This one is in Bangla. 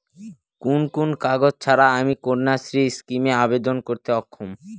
কোন কোন কাগজ ছাড়া আমি কন্যাশ্রী স্কিমে আবেদন করতে অক্ষম?